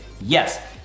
Yes